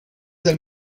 del